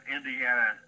Indiana